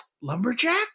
Lumberjack